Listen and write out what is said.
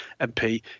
MP